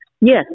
Yes